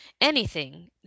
Anything